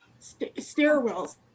stairwells